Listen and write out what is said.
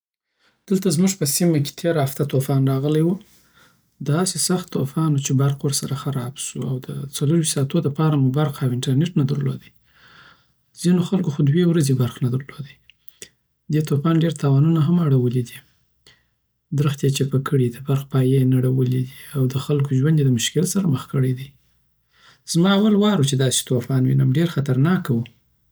دلته زموږ په سیمه کی تیره هفته طوفان راغلی وو داسی سخت طوفان وو چی برق ورسره خراب سو او د څلورویشت ساعتونو دپاره مو برق او انترنټ نه درلودی ځینی خلکو خو دوی ورځی برق نه درلودی دی طوفان ډیر تاوانونه هم اړولی دی درختی یی چپه کړی، دبرق پایی یی نړولی دی، او دخلکو ژوند یی دمشکل سره مخ کړی دی زما اول وار وو چی داسی طوفان وینم ډیر خطر ناکه وو